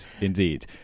Indeed